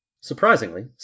Surprisingly